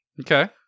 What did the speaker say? Okay